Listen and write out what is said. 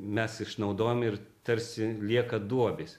mes išnaudojam ir tarsi lieka duobės